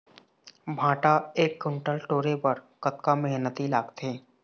भांटा एक कुन्टल टोरे बर कतका मेहनती लागथे?